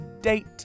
date